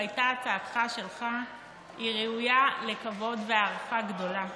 הייתה הצעתך שלך ראויה לכבוד והערכה גדולה,